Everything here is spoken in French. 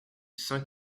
saint